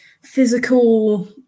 physical